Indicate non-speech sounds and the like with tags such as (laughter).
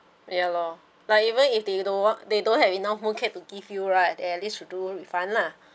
ya lor like even if they don't want they don't have enough mooncake to give you right they at least will do refund lah (breath)